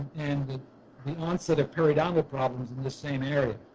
and the the onset of periodontal problems in the same area.